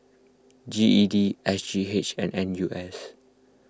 G E D S G H and N U S